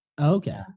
Okay